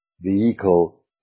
vehicle